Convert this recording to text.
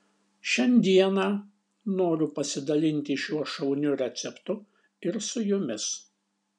šiandieną noriu pasidalinti šiuo šauniu receptu ir su jumis